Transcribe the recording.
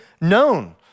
known